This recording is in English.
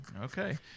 okay